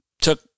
took –